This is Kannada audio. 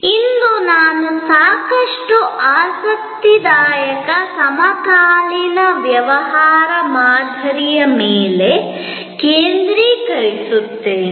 ಇಂದು ನಾನು ಸಾಕಷ್ಟು ಆಸಕ್ತಿದಾಯಕ ಸಮಕಾಲೀನ ವ್ಯವಹಾರ ಮಾದರಿಯ ಮೇಲೆ ಕೇಂದ್ರೀಕರಿಸುತ್ತೇನೆ